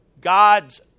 God's